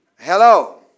Hello